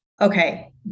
Okay